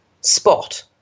spot